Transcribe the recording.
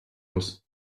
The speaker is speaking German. muss